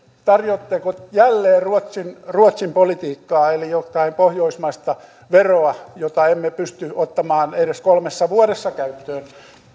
tarjoatteko jälleen ruotsin ruotsin politiikkaa eli jotain pohjoismaista veroa jota emme pysty ottamaan edes kolmessa vuodessa käyttöön